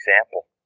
example